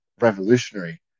revolutionary